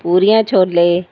ਪੂਰੀਆਂ ਛੋਲੇ